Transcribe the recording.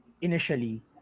initially